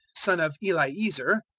son of eliezar,